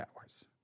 hours